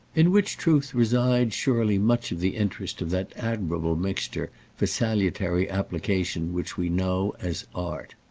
in which truth resides surely much of the interest of that admirable mixture for salutary application which we know as art.